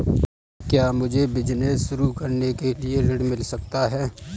क्या मुझे बिजनेस शुरू करने के लिए ऋण मिल सकता है?